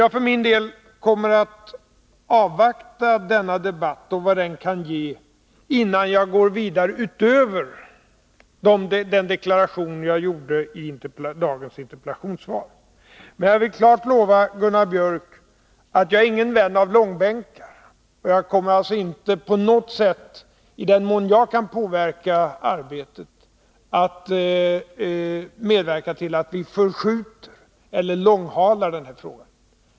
Jag kommer för min del att avvakta denna debatt och vad den kan ge, innan jag går vidare, utöver den deklaration som jag gjorde i dagens interpellationssvar. Men jag vill klart lova Gunnar Biörck att jag inte är någon vän av långbänkar. Jag kommar alltså inte på något sätt —i den mån jag kan påverka arbetet — att medverka till att vi förskjuter eller långhalar den här frågan.